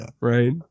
right